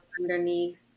underneath